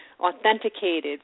authenticated